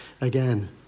again